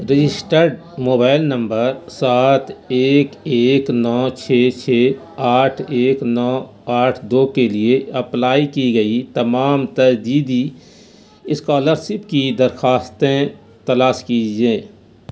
registered mobile number سات ایک ایک نو چھ چھ آٹھ ایک نو آٹھ دو کے لیے اپلائی کی گئی تمام تجدیدی اسکالر سپ کی درخواستیں تلاش کیجیے